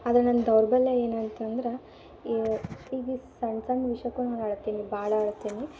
ಆದರೆ ನನ್ನ ದೌರ್ಬಲ್ಯ ಏನಂತಂದ್ರೆ ಇವು ಈಗ ಈ ಸಣ್ಣ ಸಣ್ಣ ವಿಷಯಕ್ಕೂ ನಾನು ಅಳ್ತೀನಿ ಭಾಳ ಅಳ್ತೀನಿ